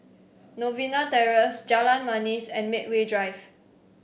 Novena Terrace Jalan Manis and Medway Drive